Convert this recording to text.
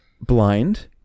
blind